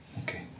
Okay